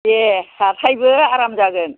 दे हाथायबो आराम जागोन